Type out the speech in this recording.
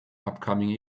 upcoming